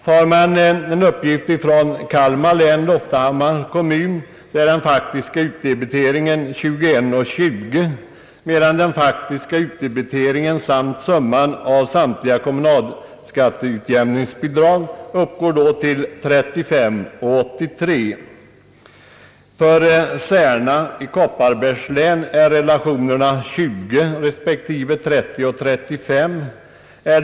Tar man en uppgift från Kalmar län — Loftahammar kommun — finner man att den faktiska utdebiteringen där var 21:20 kr., medan den faktiska utdebiteringen samt summan av samtliga kommunalskatteutjämningsbidrag uppgår till 35: 83 kr. För Särna i Kopparbergs län är relationerna 20: 00 kr. respektive 30:35 kr.